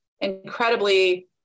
incredibly